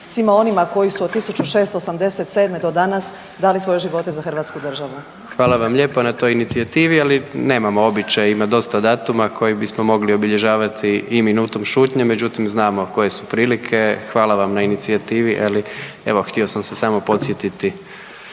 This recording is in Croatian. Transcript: svima onima koji su od 1687.do danas dali svoje živote za Hrvatsku državu. **Jandroković, Gordan (HDZ)** Hvala vam lijepa na toj inicijativi, ali nemamo običaj, ima dosta datuma koji bismo mogli obilježavati i minutom šutnje, međutim znamo koje su prilike. Hvala vam na inicijativi, evo htio sam se samo podsjetiti